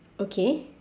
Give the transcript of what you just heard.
okay